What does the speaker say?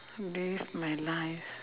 relive my life